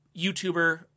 YouTuber